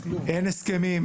אין הסכמים,